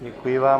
Děkuji vám.